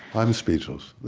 i'm speechless